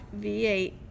V8